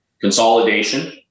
consolidation